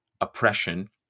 oppression